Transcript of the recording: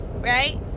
right